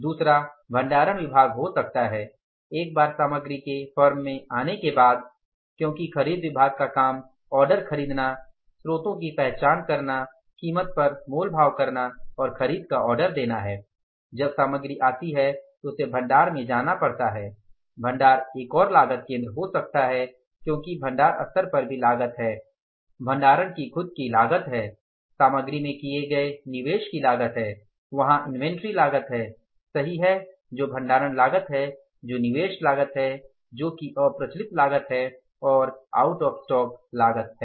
दूसरा भंडारण विभाग हो सकता है एक बार सामग्री के फर्म में आने के बाद क्योंकि खरीद विभाग का काम ऑर्डर खरीदना स्रोत की पहचान करना कीमत पर मोल भाव करना और खरीद का आर्डर देना है जब सामग्री आती है तो उसे भंडार में जाना पड़ता है भंडार एक और लागत केंद्र हो सकता है क्योंकि भंडार स्तर पर भी लागत है भंडारण की खुद की लागत है सामग्री में किए गए निवेश की लागत है वहाँ इन्वेंट्री लागत है सही है जो भंडारण लागत है जो निवेश लागत है जो कि अप्रचलित लागत है और आउट ऑफ़ स्टॉक लागत है